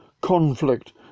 conflict